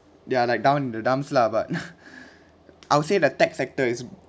they are like down in the dumps lah but I'll say the tech sector is